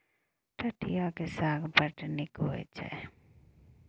ठढियाक साग बड़ नीमन होए छै